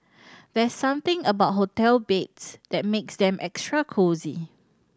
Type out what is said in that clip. there's something about hotel beds that makes them extra cosy